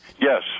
Yes